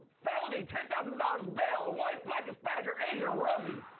felony, ten thousand dollars bail. white, black, hispanic or asian, rosie?